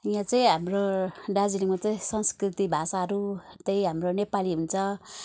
यहाँ चाहिँ हाम्रो दार्जिलिङमा चाहिँ संस्कृति भाषाहरू त्यही हाम्रो नेपाली हुन्छ